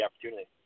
opportunity